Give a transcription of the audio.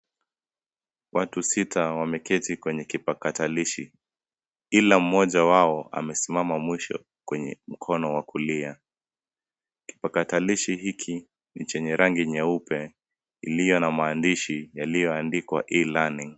Watu sita wameketi kwenye kipakatalishi .Ila mmoja wao amesimama mwisho, kwenye mkono wa kulia . Kipakatalishi hiki ni chenye rangi nyeupe iliyo na maandishi yaliyo andikwa E learning.